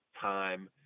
time